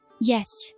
Yes